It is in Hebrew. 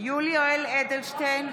יולי יואל אדלשטיין,